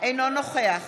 אינו נוכח